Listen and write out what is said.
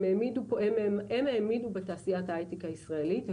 הם האמינו בתעשיית ההייטק הישראלית.